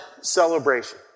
celebration